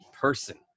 person